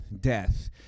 Death